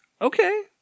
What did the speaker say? Okay